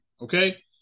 okay